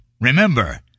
Remember